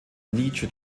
nietzsche